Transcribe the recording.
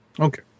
Okay